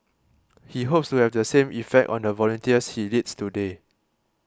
he hopes to have the same effect on the volunteers he leads today